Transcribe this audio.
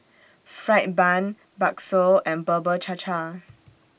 Fried Bun Bakso and Bubur Cha Cha